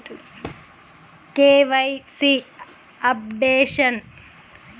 KYC updation చేయకుంటే account open కాదా?